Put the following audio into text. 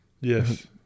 Yes